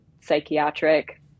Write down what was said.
psychiatric